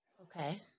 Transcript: Okay